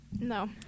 No